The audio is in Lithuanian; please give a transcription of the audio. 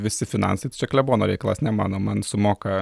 visi finansai tai čia klebono reikalas ne mano man sumoka